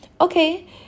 okay